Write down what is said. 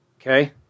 Okay